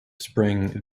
spring